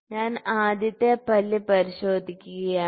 ഞാൻ ആദ്യത്തെ പല്ല് പരിശോധിക്കുകയാണ്